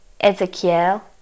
Ezekiel